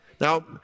Now